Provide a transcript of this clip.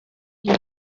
ibi